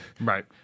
Right